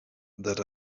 that